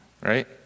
right